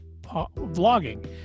vlogging